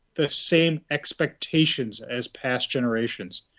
the same expectations as past generations.